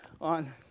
on